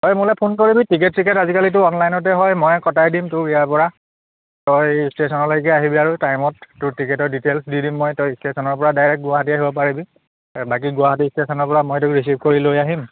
তই মোলৈ ফোন কৰিবি টিকেত চিকেট আজিকালিতো অনলাইনতে হয় মই কটাই দিম তোক ইয়াৰপৰা তই ষ্টেচনলৈকে আহিবি আৰু টাইমত তোৰ টিকেটৰ ডিটেইলছ দি দিম মই তই ষ্টেচনৰপৰা ডাইৰেক্ট গুৱাহাটী আহিব পাৰিবি বাকী গুৱাহাটী ষ্টেশ্যনৰপৰা মই তোক ৰিচিভ কৰি লৈ আহিম